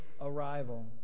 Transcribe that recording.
arrival